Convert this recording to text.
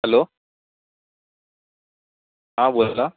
hello हां बोला